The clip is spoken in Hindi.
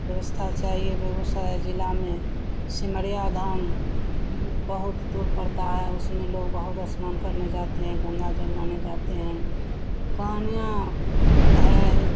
व्यवस्था चाहिए बेगूसराय ज़िला में सिमरिया धाम वह बहुत दूर पड़ता है उसमें लोग बहुत अस्नान करने जाते हैं गंगा जल लाने जाते हैं कहानियाँ हैं